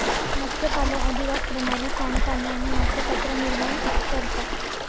मत्स्यपालन अधिवास प्रणाली, सांडपाणी आणि मासे कचरा निर्माण करता